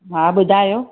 हा ॿुधायो